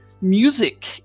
music